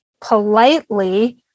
politely